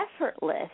effortless